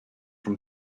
from